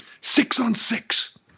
six-on-six